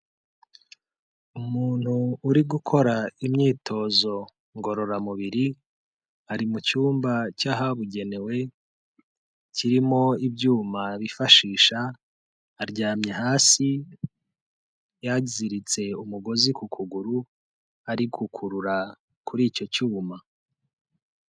Umuntu uri gukora imyitozo ngororamubiri, ari mu cyumba cy'ahabugenewe kirimo ibyuma bifashisha, aryamye hasi yaziritse umugozi ku kuguru ari gukurura kuri icyo cyuma.